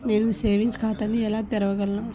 నేను సేవింగ్స్ ఖాతాను ఎలా తెరవగలను?